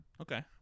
Okay